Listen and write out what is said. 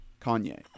kanye